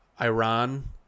Iran